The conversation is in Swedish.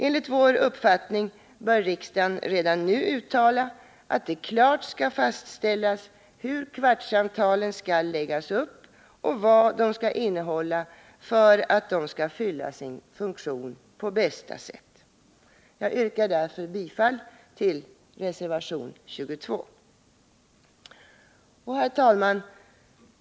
Enligt vår uppfattning bör riksdagen redan nu uttala att det klart skall fastställas hur kvartssamtalen skall läggas upp och vad de skall innehålla för att de skall fylla sin funktion på bästa sätt. Jag yrkar därför bifall till reservation 22. Herr talman!